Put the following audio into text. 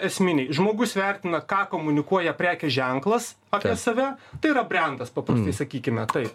esminiai žmogus vertina ką komunikuoja prekės ženklas apie save tai yra brendas paprastai sakykime tai